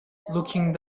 looking